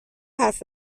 حرف